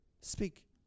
speak